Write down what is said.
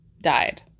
died